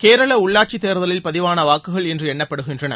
கேரள உள்ளாட்சி தேர்தலில் பதிவான வாக்குகள் இன்று எண்ணப்படுகின்றன